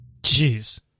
Jeez